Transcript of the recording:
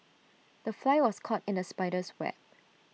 the fly was caught in the spider's web